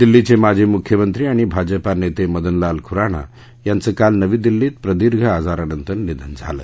दिल्लीचे माजी मुख्यमंत्री आणि भाजपा नेते मदनलाल खुराना यांचं काल नवी दिल्लीत प्रदीर्घ आजारानंतर निधन झालं